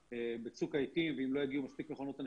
בצוק העתים לא יגיעו מספיק מכונות הנשמה,